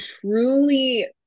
truly